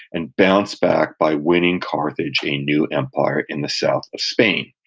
and bounced back by winning carthage a new empire in the south of spain